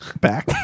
back